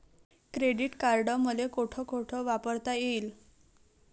Credit card मले कोठ कोठ वापरता येईन?